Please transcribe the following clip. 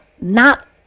not-